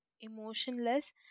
emotionless